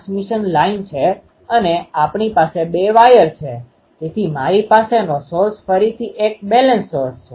તેથી આપણે જાણીએ છીએ કે જો તે કોઈ વાયર એન્ટેના હોઈ તો ચાલો આપણે કહીએ વ્યક્તિગત એલીમેન્ટ ધારો કે આ એન્ટેના 1 અથવા એન્ટેના એલીમેન્ટ 1 છે